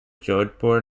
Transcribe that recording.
jodhpur